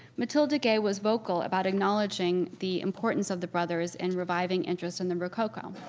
matilda gay was vocal about acknowledging the importance of the brothers and reviving interest in the rococo.